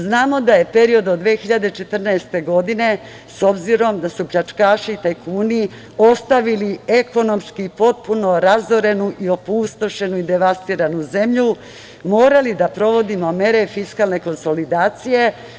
Znamo da je period od 2014. godine, s obzirom da su pljačkaši i tajkuni ostavili ekonomski potpuno razorenu i opustošenu i devastiranu zemlju morali da provodimo mere fiskalne konsolidacije.